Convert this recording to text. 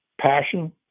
passion